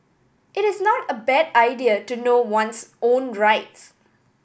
it is not a bad idea to know one's own rights